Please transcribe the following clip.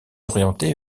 orienté